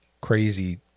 crazy